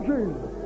Jesus